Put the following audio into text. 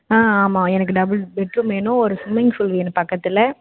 ஆ ஆமாம் எனக்கு double bed room வேணும் ஒரு ஸ்விம்மிங் ஃபூல் வேணும் பக்கத்தில்